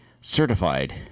certified